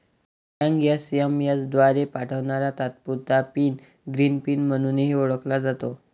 bank SMS द्वारे पाठवणारा तात्पुरता पिन ग्रीन पिन म्हणूनही ओळखला जातो